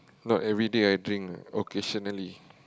not every day I drink occasionally